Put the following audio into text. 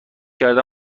کردم